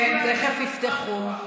תכף יפתחו.